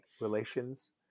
relations